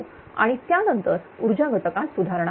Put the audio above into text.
आणि त्या नंतर ऊर्जा घटकात सुधारणा होते